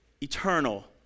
eternal